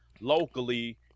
locally